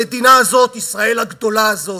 המדינה הזאת, ישראל ה"גדולה" הזאת,